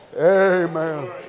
Amen